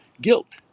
Guilt